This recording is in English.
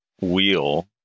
wheel